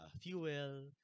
fuel